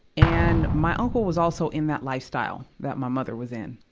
and, my uncle was also in that lifestyle that my mother was in.